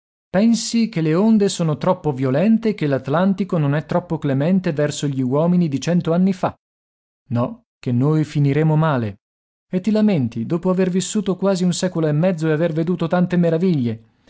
pensi che le onde sono troppo violente e che l'atlantico non è troppo clemente verso gli uomini di cento anni fa no che noi finiremo male e ti lamenti dopo aver vissuto quasi un secolo e mezzo e aver veduto tante meraviglie